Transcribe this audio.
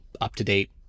up-to-date